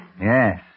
Yes